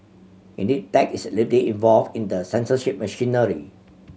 indeed tech is deeply involved in the censorship machinery